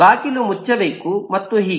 ಬಾಗಿಲು ಮುಚ್ಚಬೇಕು ಮತ್ತು ಹೀಗೆ